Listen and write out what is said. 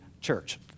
church